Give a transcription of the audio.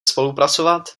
spolupracovat